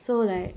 so like